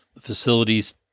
facilities